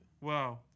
Wow